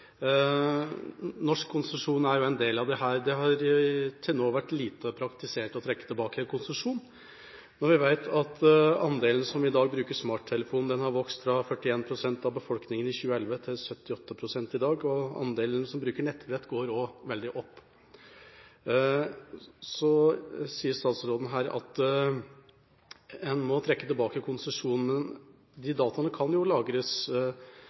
Norsk konsesjon er jo en del av dette. Det har til nå vært lite praktisert å trekke tilbake en konsesjon. Vi vet at andelen som i dag bruker smarttelefon, har vokst fra 41 pst. av befolkningen i 2011 til 78 pst. i dag, og andelen som bruker nettbrett, går også veldig opp. Så sier statsråden her at en må trekke tilbake konsesjon. Men de dataene kan jo lagres